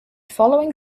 following